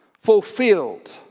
Fulfilled